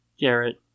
Garrett